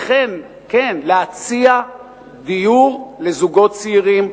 וכן להציע דיור לזוגות צעירים,